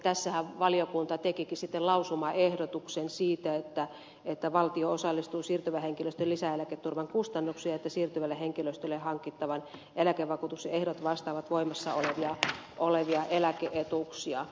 tässähän valiokunta tekikin sitten lausumaehdotuksen siitä että valtio osallistuu siirtyvän henkilöstön lisäeläketurvan kustannuksiin ja että siirtyvälle henkilöstölle hankittavan eläkevakuutuksen ehdot vastaavat voimassa olevia eläke etuuksia